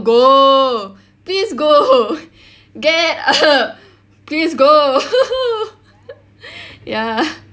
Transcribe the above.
go please go get her please go ya